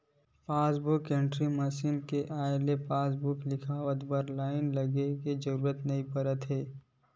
passbook entry machine के आए ले पासबूक म लिखवाए बर लाईन लगाए के जरूरत नइ परत हे